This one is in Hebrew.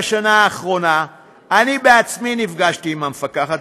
בשנה האחרונה אני עצמי נפגשתי עם המפקחת